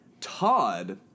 Todd